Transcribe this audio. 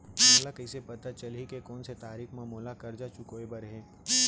मोला कइसे पता चलही के कोन से तारीक म मोला करजा चुकोय बर हे?